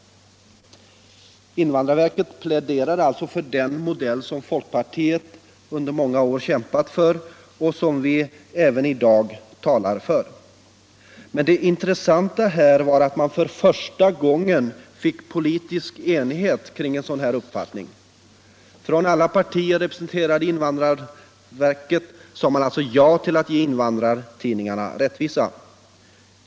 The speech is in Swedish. Invandrarverket pläderade alltså för den modell som folkpartiet under många år kämpat för och som vi även i dag talar för. Men det intressanta här var att man för första gången fick politisk enighet kring en sådan uppfattning. Från alla partier, representerade inom invandrarverket, sade man alltså ja till att ge invandrartidningarna rättvisa.